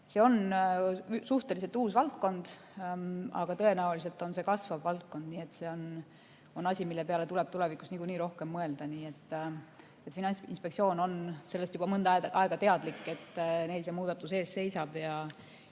See on suhteliselt uus valdkond, aga tõenäoliselt on see kasvav valdkond. See on asi, mille peale tuleb tulevikus niikuinii rohkem mõelda. Finantsinspektsioon on sellest juba mõnda aega teadlik, et neil see muudatus ees seisab ja